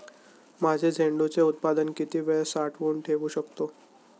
माझे झेंडूचे उत्पादन किती वेळ साठवून ठेवू शकतो?